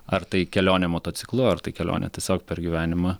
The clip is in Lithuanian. ar tai kelionė motociklu ar tai kelionė tiesiog per gyvenimą